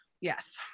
yes